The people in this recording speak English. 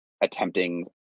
attempting